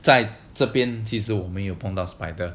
在这边其实没有碰到 spider